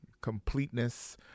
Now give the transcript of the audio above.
completeness